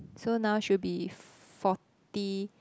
so now should be forty